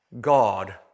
God